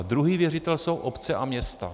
Druhý věřitel jsou obce a města.